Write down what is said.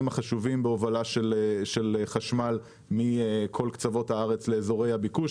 החשובים בהובלת חשמל מכל קצוות הארץ לאזורי הביקוש.